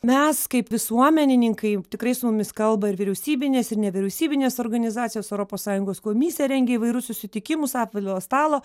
mes kaip visuomenininkai tikrai su mumis kalba ir vyriausybinės ir nevyriausybinės organizacijos europos sąjungos komisija rengia įvairius susitikimus apviliojo stalo